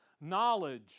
Knowledge